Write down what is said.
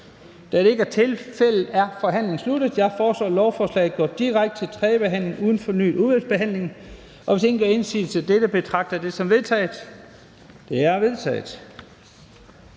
Da det ikke er tilfældet, er forhandlingen sluttet. Jeg foreslår, at lovforslaget går direkte til tredjebehandling uden fornyet udvalgsbehandling. Hvis ingen gør indsigelse mod dette, betragter jeg det som vedtaget. Det er vedtaget.